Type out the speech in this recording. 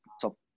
top